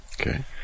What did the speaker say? Okay